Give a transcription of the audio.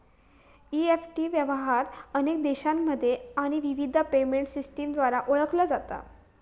EFT व्यवहार अनेक देशांमध्ये आणि विविध पेमेंट सिस्टमद्वारा ओळखला जाता